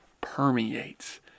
permeates